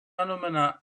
anomenar